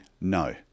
No